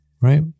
right